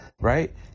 right